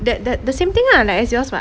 the the same thing lah like as yours [what]